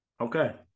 Okay